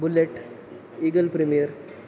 bullet eagle premier